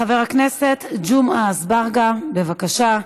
חבר הכנסת ג'מעה אזברגה, בבקשה.